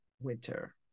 winter